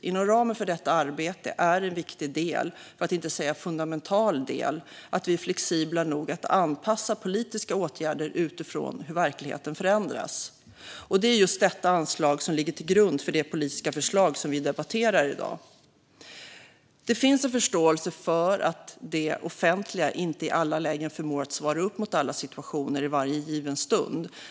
Inom ramen för detta arbete är det en viktig, för att inte säga fundamental, del att vi är flexibla nog att anpassa politiska åtgärder utifrån hur verkligheten förändras. Det är just detta anslag som ligger till grund för det politiska förslag som vi debatterar i dag. Det finns en förståelse för att det offentliga inte i alla lägen förmår att svara upp mot alla situationer i varje given stund.